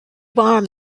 are